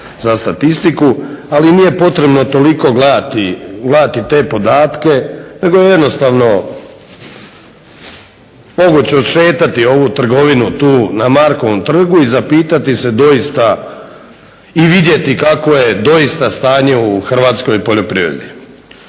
za statistiku. Ali nije potrebno toliko gledati te podatke, nego je jednostavno moguće odšetati u ovu trgovinu tu na Markovom trgu i zapitati se doista i vidjeti kakvo je doista stanje u hrvatskoj poljoprivredi.